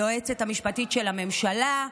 היועצת המשפטית של הממשלה,